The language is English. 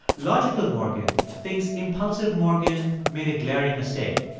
logical morgan thinks impulsive morgan made a glaring mistake,